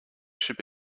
should